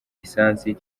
lisansi